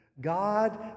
God